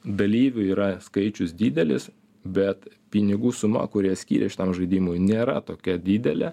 dalyvių yra skaičius didelis bet pinigų suma kurią skiria šitam žaidimui nėra tokia didelė